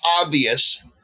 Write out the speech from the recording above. obvious